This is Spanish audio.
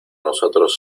nosotros